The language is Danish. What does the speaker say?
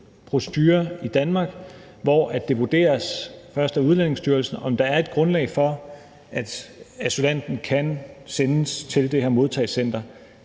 procedure i Danmark, hvor det vurderes, først af Udlændingestyrelsen, om der er et grundlag for, at asylanten kan sendes til det her modtagecenter.